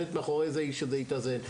שעומדת מאחורי זה היא שזה יתאזן.